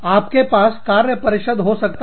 आपके पास कार्य परिषद हो सकता है